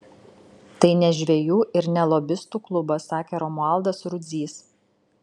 tai ne žvejų ir ne lobistų klubas sakė romualdas rudzys